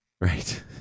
Right